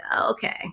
okay